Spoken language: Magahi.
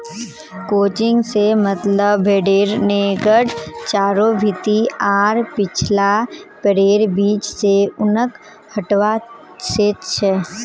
क्रचिंग से मतलब भेडेर नेंगड चारों भीति आर पिछला पैरैर बीच से ऊनक हटवा से छ